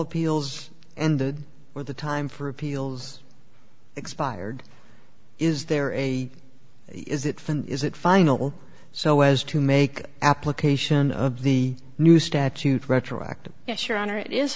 appeals and where the time for appeals expired is there a is it is it final so as to make application of the new statute retroactive yes your honor i